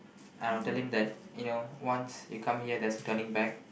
I will tell them that you know once you come here there's turning back